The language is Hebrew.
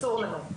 אסור לנו.